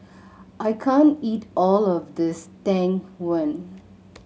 I can't eat all of this Tang Yuen